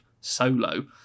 solo